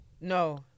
No